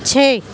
چھ